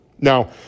Now